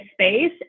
space